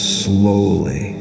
slowly